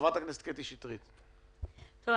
חברת הכנסת קטי שטרית, בבקשה.